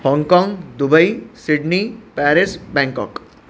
Hong Kong Dubai Sydney Paris Bangkok